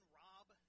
rob